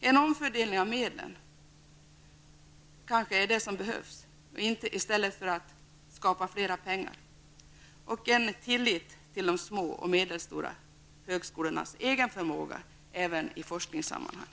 En omfördelning av medlen är kanske det som behövs i stället för mer pengar -- och en tillit till de små och medelstora högskolornas egen förmåga även i forskningssammanhang.